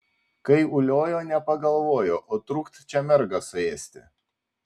kai uliojo nepagalvojo o trukt čia mergą suėsti